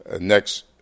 next